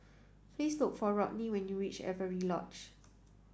please look for Rodney when you reach Avery Lodge